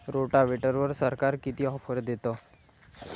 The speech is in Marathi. रोटावेटरवर सरकार किती ऑफर देतं?